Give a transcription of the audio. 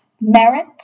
merit